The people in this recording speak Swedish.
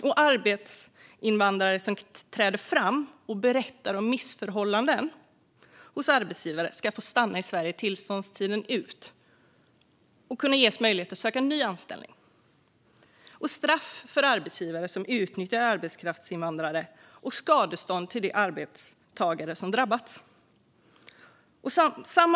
Arbetskraftsinvandrare som träder fram och berättar om missförhållanden hos arbetsgivare ska få stanna tillståndstiden ut och ges möjlighet att söka ny anställning. Straff ska utdömas för arbetsgivare som utnyttjar arbetskraftsinvandrare och skadestånd ges till de arbetstagare som drabbats.